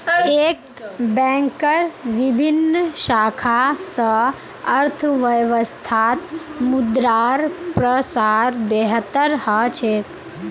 एक बैंकेर विभिन्न शाखा स अर्थव्यवस्थात मुद्रार प्रसार बेहतर ह छेक